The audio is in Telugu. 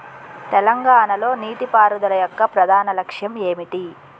తెలంగాణ లో నీటిపారుదల యొక్క ప్రధాన లక్ష్యం ఏమిటి?